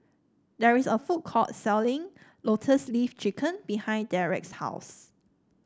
there is a food court selling Lotus Leaf Chicken behind Derrek's house